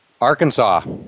Arkansas